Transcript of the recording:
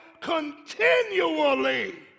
continually